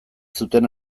zuten